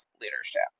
leadership